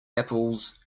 apples